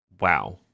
Wow